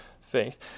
faith